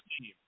team